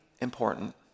important